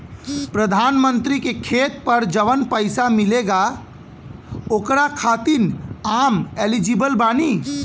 प्रधानमंत्री का खेत पर जवन पैसा मिलेगा ओकरा खातिन आम एलिजिबल बानी?